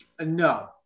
No